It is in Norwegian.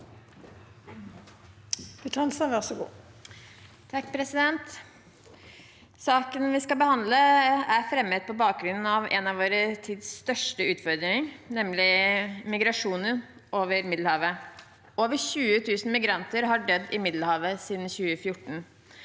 Saken vi skal be- handle, er fremmet på bakgrunn av en av vår tids største utfordringer, nemlig migrasjon over Middelhavet. Over 20 000 migranter har dødd i Middelhavet siden 2014